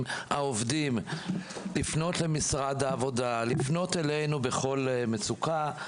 העובדים לפנות למשרד העבודה ואלינו בכל מצוקה.